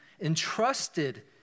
entrusted